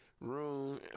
room